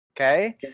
Okay